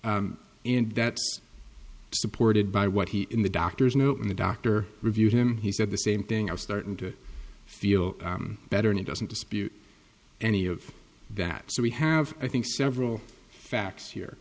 and that supported by what he in the doctor's note and the doctor reviewed and he said the same thing i was starting to feel better and he doesn't dispute any of that so we have i think several facts here